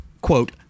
Quote